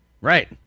right